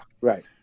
right